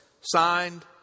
Signed